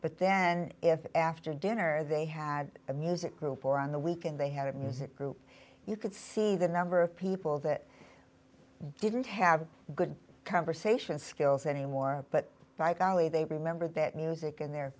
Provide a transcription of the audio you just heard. but then if after dinner they had a music group or on the weekend they had a music group you could see the number of people that i didn't have good conversation skills anymore but by golly they remember that music and their